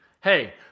hey